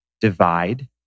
divide